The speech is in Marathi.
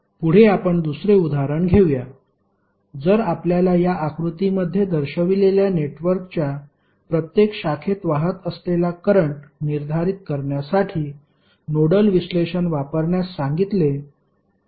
पुढे आपण दुसरे उदाहरण घेऊया जर आपल्याला या आकृतीमध्ये दर्शविलेल्या नेटवर्कच्या प्रत्येक शाखेत वाहत असलेला करंट निर्धारित करण्यासाठी नोडल विश्लेषण वापरण्यास सांगितले असेल तर